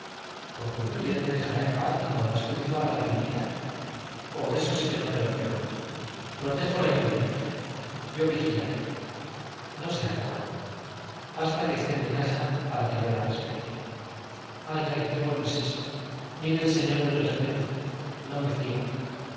porque obdulia te dejará en paz y podrás cultivar a la primita oh eso sí que no te lo perdono protejo la inocencia yo vigilaré no seas boba basta que esté en mi casa para que yo la respete ay ay qué bueno es eso mire el señor del respeto no me fío